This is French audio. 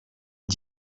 est